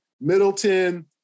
Middleton